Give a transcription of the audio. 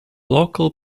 local